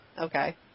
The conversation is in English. Okay